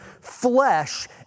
flesh